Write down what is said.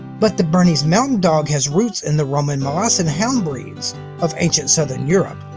but the bernese mountain dog has roots in the roman molossian hound breeds of ancient southern europe.